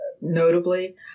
notably